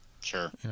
Sure